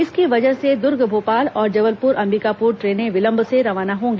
इसकी वजह से दुर्ग भोपाल और जबलपुर अंबिकापुर ट्रेनें विलंब से रवाना होंगी